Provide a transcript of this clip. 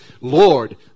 Lord